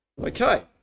Okay